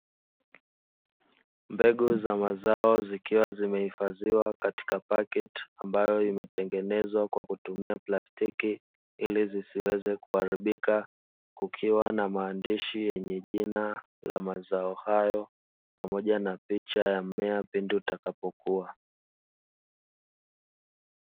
Mbegu za mazao zikiwa zimehifadhiwa katika pakiti ambayo imetengenezwa kwa kutumia plastiki ili zisiweze kuharibika kukiwa na maandishi yenye jina la mazao hayo pamoja na picha ya mmea pindi utakapokuwa.